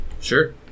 Sure